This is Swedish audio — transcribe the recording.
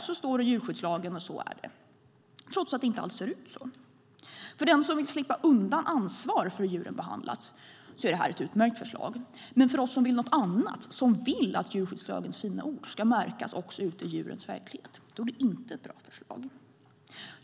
Så står det i djurskyddslagen, och så är det" trots att det inte alls ser ut så. För den som vill slippa undan ansvar för hur djuren behandlas är detta ett utmärkt förslag. Men för oss som vill något annat, som vill att djurskyddslagens fina ord ska märkas också ute i djurens verklighet, är det inte ett bra förslag.